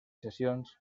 sessions